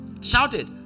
Shouted